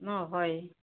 অ হয়